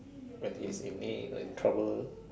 when he's in need or in trouble